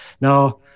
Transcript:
Now